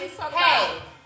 hey